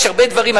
יש הרבה דברים,